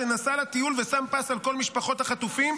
שנסע לטיול ושם פס על כל משפחות החטופים,